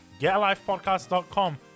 getalifepodcast.com